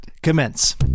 commence